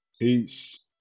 Peace